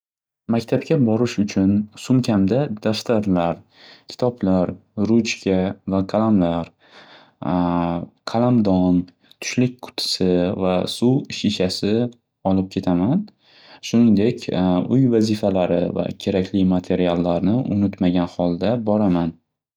Maktabga borish uchun sumkamda daftarlar, kitoblar, ruchka va qalamlar, qalamdon, tushlik qutisi va suv shishasi olib ketaman. Shuningdek uy vazifalari va kerakli materiallarni unutmagan holda boraman.